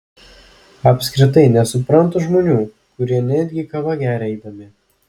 apskritai nesuprantu žmonių kurie netgi kavą geria eidami